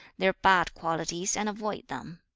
their bad qualities and avoid them